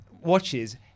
watches